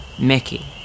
Mickey